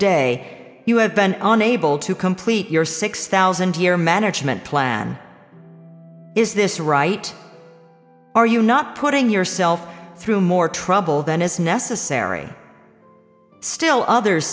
you have been unable to complete your six thousand year management plan is this right are you not putting yourself through more trouble than is necessary still others